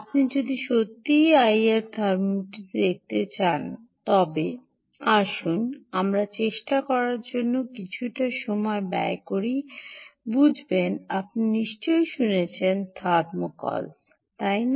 আপনি যদি সত্যিই আইআর থার্মোমিটারটি দেখতে চান তবে আসুন আমরা চেষ্টা করার জন্য কিছুটা সময় ব্যয় করি বুঝবেন আপনি নিশ্চয়ই শুনেছেন থার্মোকলস তাই না